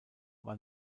war